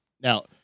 Now